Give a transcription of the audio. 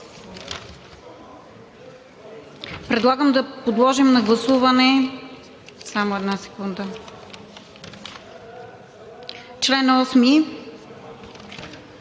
Предлагам да подложим на гласуване